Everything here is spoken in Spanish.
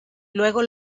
luego